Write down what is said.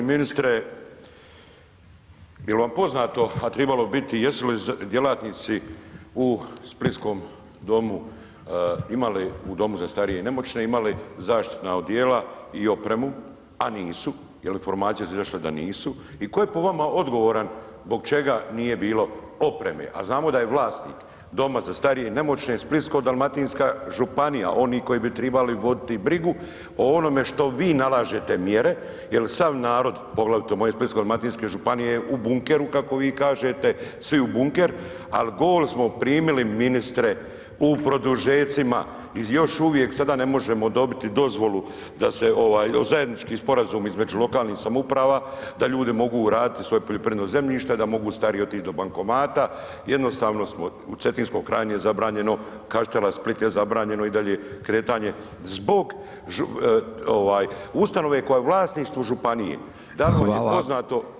Uvaženi ministre jel vam poznato, a tribalo bi biti jesu li djelatnici u splitskom domu imali, u domu za starije i nemoćne imali zaštitna odjela i opremu, a nisu, jel informacije su izašle da nisu i tko je po vama odgovoran zbog čega nije bilo opreme, a znamo da je vlasnik doma za starije i nemoćne Splitsko-dalmatinska županija, oni koji bi tribali voditi brigu o onome što vi nalažete mjere jer sav narod, poglavito moje Splitsko-dalmatinske županije je u bunkeru, kako bi kažete, svi u bunker, al gol smo primili ministre u produžecima i još uvijek sada ne možemo dobiti dozvolu da se ovaj zajednički sporazum između lokalnih samouprava da ljudi mogu raditi svoje poljoprivredno zemljište, da mogu stariji otići do bankomata jednostavno smo u Cetinskoj krajini je zabranjeno Kaštela, Split je zabranjeno i dalje kretanje zbog ovaj ustanove koja je u vlasništvu županije [[Upadica: Hvala.]] da li vam je poznato ovo moje pitanje.